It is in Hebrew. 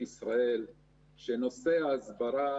אני יכול להראות לך הצגה שלמה של פעילות רשתית של הצד השני נגד "הסכמי